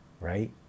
right